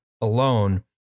alone